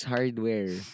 Hardware